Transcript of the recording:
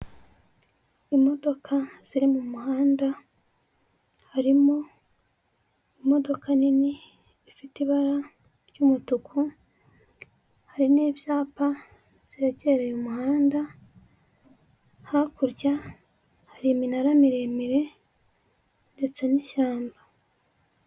Imodoka ziri mu muhanda harimo imodoka nini ifite ibara ry'umutuku, hari n'ibyapa byegereye umuhanda, hakurya hari iminara miremire ndetse n'ishyamba.